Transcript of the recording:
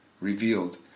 revealed